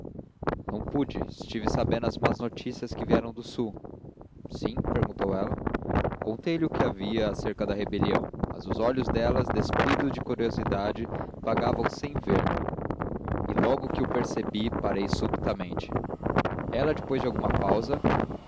não pude estive sabendo as más notícias que vieram do sul sim perguntou ela contei-lhe o que havia acerca da rebelião mas os olhos dela despidos de curiosidade vagavam sem ver e logo que o percebi parei subitamente ela depois de alguma pausa